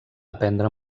aprendre